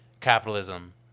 capitalism